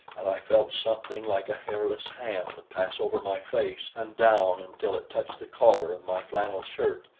and i felt something like a hairless hand pass over my face and down until it touched the collar of my flannel shirt.